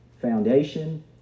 foundation